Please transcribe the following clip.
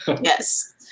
Yes